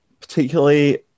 particularly